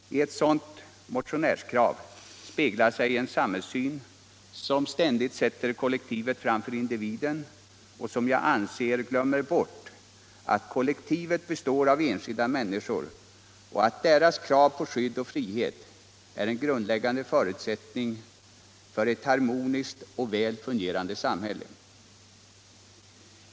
I ett sådant motionskrav speglar sig en samhällsyn som ständigt sätter kollektivet framför individen och som jag anser glömmer bort att kollektivet består av enskilda människor och att deras krav på skydd och frihet är en grundläggande förutsättning för ett harmoniskt och väl fungerande samhälle.